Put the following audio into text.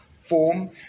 form